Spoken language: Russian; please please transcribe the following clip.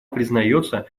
признается